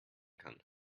kann